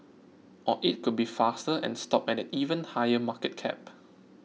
or it could be faster and stop at an even higher market cap